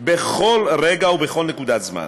בכל רגע ובכל נקודת זמן.